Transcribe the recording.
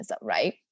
right